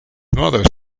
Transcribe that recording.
mother